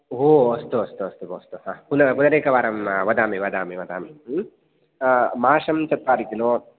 हो अस्तु अस्तु अस्तु बो अस्तु अस्तु हा पुन पुनरेकवारं वदामि वदामि वदामि हा माषं चत्वारि किलो